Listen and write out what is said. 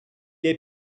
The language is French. est